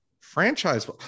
franchise